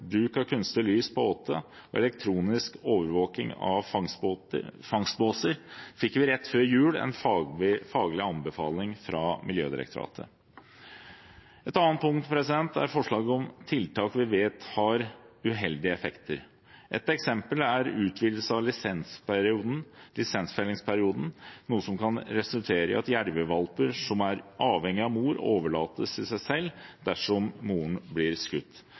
bruk av kunstig lys på åte og elektronisk overvåking av fangstbåser – fikk vi rett før jul en faglig anbefaling fra Miljødirektoratet. Et annet punkt er forslaget om tiltak vi vet har uheldige effekter. Et eksempel er utvidelse av lisensfellingsperioden, noe som kan resultere i at jervevalper som er avhengige av moren, overlates til seg selv dersom moren blir skutt.